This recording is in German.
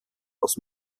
aus